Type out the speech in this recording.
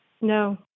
No